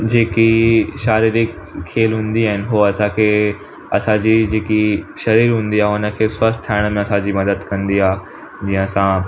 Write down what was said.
जेकी शारीरिक खेल हूंदी आहिनि हो असांखे असांजी जेकी शरीर हूंदी आहे हुनखे स्वस्थ्यु ठाहिण में असांजी मदद कंदी आहे जीअं असां